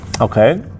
Okay